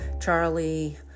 Charlie